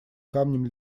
камнем